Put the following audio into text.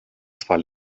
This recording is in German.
zwar